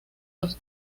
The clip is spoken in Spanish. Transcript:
los